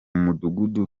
mudugudu